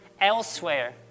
elsewhere